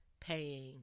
paying